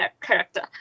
character